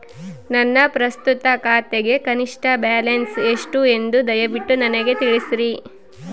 ನನ್ನ ಪ್ರಸ್ತುತ ಖಾತೆಗೆ ಕನಿಷ್ಠ ಬ್ಯಾಲೆನ್ಸ್ ಎಷ್ಟು ಎಂದು ದಯವಿಟ್ಟು ನನಗೆ ತಿಳಿಸ್ರಿ